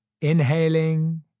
Inhaling